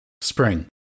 spring